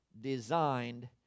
designed